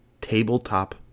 tabletop